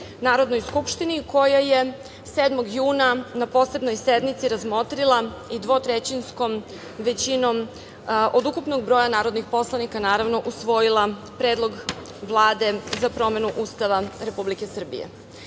Narodnoj skupštini, koja je 7. juna na posebnoj sednici razmotrila i dvotrećinskoj većinom od ukupnog broja narodnih poslanika, naravno, usvojila predlog Vlade za promenu Ustava Republike Srbije. Imajući